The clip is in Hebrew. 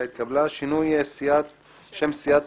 נתחיל בסעיף השני בסדר-היום: פטור מחובת הנחה להצעת